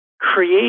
create